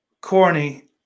Corny